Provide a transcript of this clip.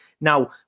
Now